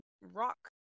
rock